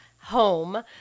home